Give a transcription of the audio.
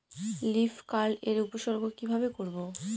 Leaf curl এর উপসর্গ কিভাবে করব?